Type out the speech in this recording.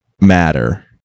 matter